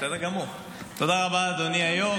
תודה רבה, אדוני היו"ר.